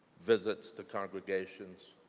visits to congregations